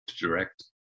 Direct